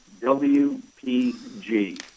WPG